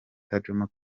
jomo